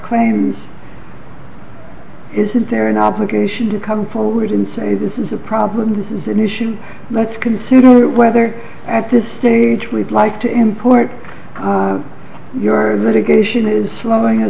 claims isn't there an obligation to come forward and say this is a problem this is an issue let's consider it whether at this stage we'd like to import your medication is following